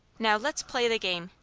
now let's play the game.